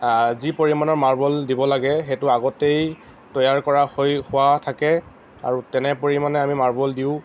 যি পৰিমাণৰ মাৰ্বল দিব লাগে সেইটো আগতেই তৈয়াৰ কৰা হৈ হোৱা থাকে আৰু তেনে পৰিমাণে আমি মাৰ্বল দিওঁ